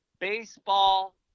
baseball